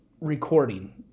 recording